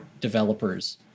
developers